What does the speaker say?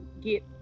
get